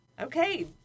Okay